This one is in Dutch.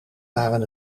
waren